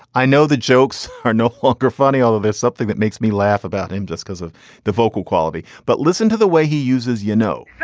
i know the jokes are no longer funny, although there's something that makes me laugh about him just because of the vocal quality. but listen to the way he uses, you know, yeah